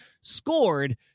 scored